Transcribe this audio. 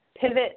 pivot